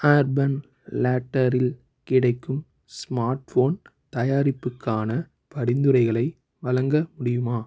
urban Ladder இல் கிடைக்கும் smart phone தயாரிப்புக்கான பரிந்துரைகளை வழங்க முடியுமா